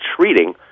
treating